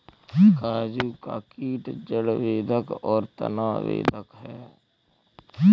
काजू का कीट जड़ बेधक और तना बेधक है